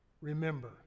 remember